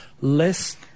less